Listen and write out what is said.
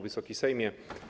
Wysoki Sejmie!